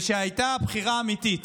וכשהייתה בחירה אמיתית